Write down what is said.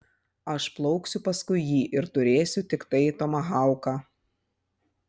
aš plauksiu paskui jį ir turėsiu tiktai tomahauką